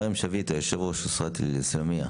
כארם שביטה, יושב ראש אוסרת אל איסלמיה.